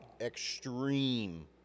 extreme